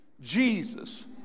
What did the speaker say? Jesus